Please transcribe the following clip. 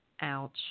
Ouch